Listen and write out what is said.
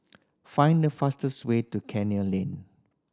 find the fastest way to Canning Ling